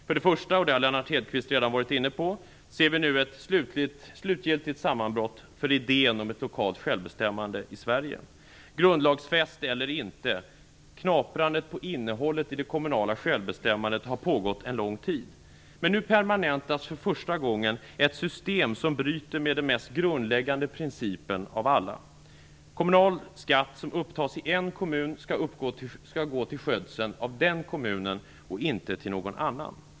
För det första, och det har Lennart Hedquist redan varit inne på, ser vi nu ett slutgiltigt sammanbrott för idén om ett lokalt självbestämmande i Sverige. Grundlagsfäst eller inte; knaprandet på innehållet i det kommunala självbestämmandet har pågått en lång tid. Nu permanentas för första gången ett system som bryter med den mest grundläggande principen av alla. Det handlar om principen att kommunal skatt som upptas i en kommun skall gå till skötseln av den och inte till någon annan.